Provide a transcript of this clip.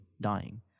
dying